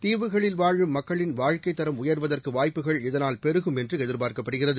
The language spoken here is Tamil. தீவுகளில் வாழும் மக்களின் வாழ்க்கைத் தரம் உயருவதற்குவாய்ப்புகள் இதனால் பெருகும் என்றுஎதிர்பார்க்கப்படுகிறது